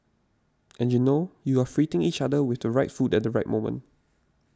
and you know you are each other with the right food at the right moment